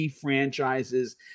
franchises